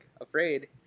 afraid